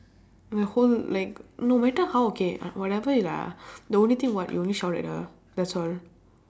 my whole like no matter how okay uh whatever it is lah the only thing what you only shout at her that's all